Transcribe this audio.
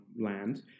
land